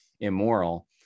immoral